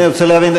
אני רק רוצה להבין,